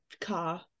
car